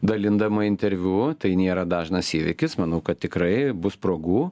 dalindama interviu tai nėra dažnas įvykis manau kad tikrai bus progų